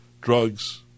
drugs